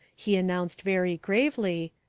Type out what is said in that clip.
he announced very gravely,